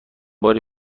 باری